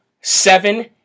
seven